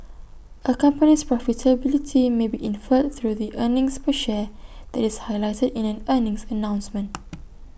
A company's profitability may be inferred through the earnings per share that is highlighted in an earnings announcement